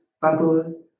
bubble